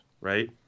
right